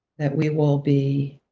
that we will be,